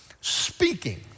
Speaking